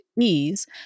ease